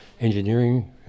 engineering